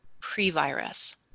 pre-virus